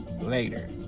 later